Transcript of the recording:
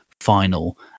final